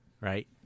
Right